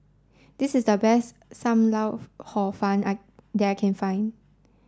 this is the best Sam Lau Hor Fun I that I can find